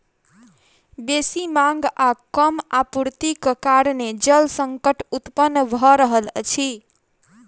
बेसी मांग आ कम आपूर्तिक कारणेँ जल संकट उत्पन्न भ रहल अछि